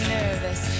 nervous